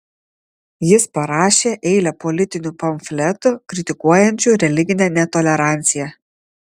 jis parašė eilę politinių pamfletų kritikuojančių religinę netoleranciją